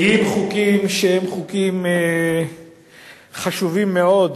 חוקים שהם חוקים חשובים מאוד,